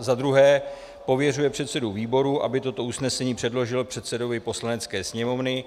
II. pověřuje předsedu výboru, aby toto usnesení předložil předsedovi Poslanecké sněmovny;